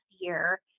year